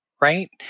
right